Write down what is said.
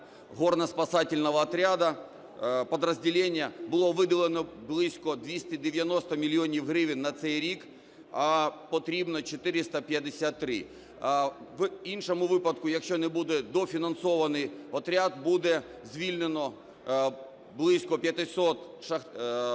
горно-спасательного отряда, подразделения. Було виділено близько 290 мільйонів гривень на цей рік, а потрібно 453. В іншому випадку, якщо не буде дофінансований отряд, буде звільнено близько 500